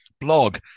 blog